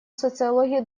социологии